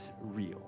real